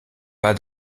pas